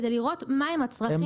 כדי לראות מהם הצרכים באמת.